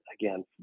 again